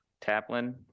Taplin